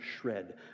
shred